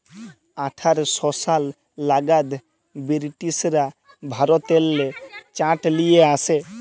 আঠার শ সাল লাগাদ বিরটিশরা ভারতেল্লে চাঁট লিয়ে আসে